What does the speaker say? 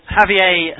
Javier